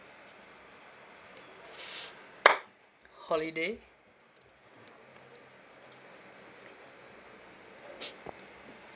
holiday